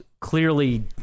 clearly